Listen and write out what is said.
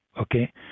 okay